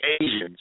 Asians